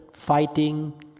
fighting